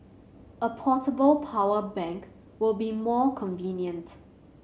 a portable power bank will be more convenient